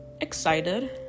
excited